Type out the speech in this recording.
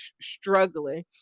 struggling